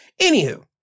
Anywho